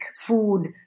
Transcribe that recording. food